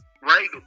right